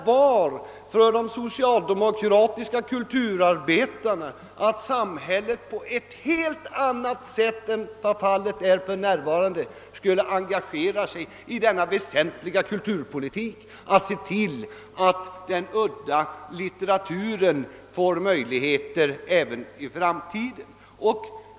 Jo, för de socialdemokratiska kulturarbetarna var det att samhället på ett helt annat sätt än för närvarande skulle engagera sig i denna väsentliga kulturpolitik och se till att den udda litteraturen kan ges ut även i framtiden.